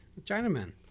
Chinaman